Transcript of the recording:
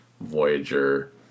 Voyager